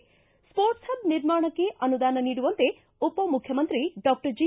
C sports hub ನಿರ್ಮಾಣಕ್ಕೆ ಅನುದಾನ ನೀಡುವಂತೆ ಉಪಮುಖ್ಯಮಂತ್ರಿ ಡಾಕ್ಟರ್ ಜಿ